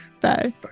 Bye